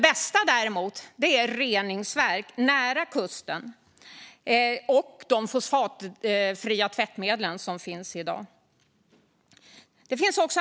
Det bästa däremot är reningsverk nära kusten och de fosfatfria tvättmedel som finns i dag.